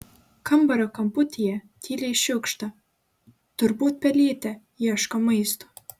kambario kamputyje tyliai šiugžda turbūt pelytė ieško maisto